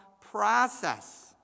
process